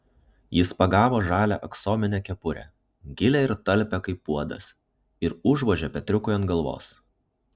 jis pagavo žalią aksominę kepurę gilią ir talpią kaip puodas ir užvožė petriukui ant galvos